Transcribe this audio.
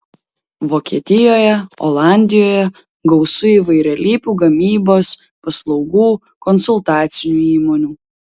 vokietijoje olandijoje gausu įvairialypių gamybos paslaugų konsultacinių įmonių